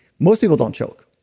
most people don't choke.